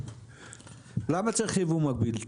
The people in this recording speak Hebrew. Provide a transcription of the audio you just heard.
למה צריך ייבוא מקביל?